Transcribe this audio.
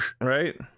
Right